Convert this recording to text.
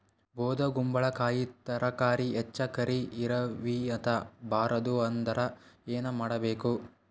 ಬೊದಕುಂಬಲಕಾಯಿ ತರಕಾರಿ ಹೆಚ್ಚ ಕರಿ ಇರವಿಹತ ಬಾರದು ಅಂದರ ಏನ ಮಾಡಬೇಕು?